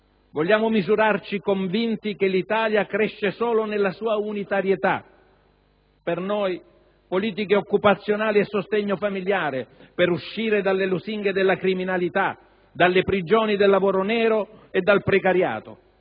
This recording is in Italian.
Vogliamo misurarci, convinti che l'Italia cresce solo nella sua unitarietà. Per noi, occorrono politiche occupazionali e sostegno familiare per uscire dalle lusinghe della criminalità, dalle prigioni del lavoro nero e dal precariato.